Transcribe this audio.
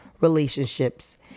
Relationships